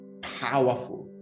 powerful